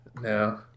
no